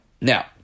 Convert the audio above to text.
Now